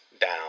down